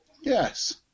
Yes